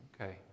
Okay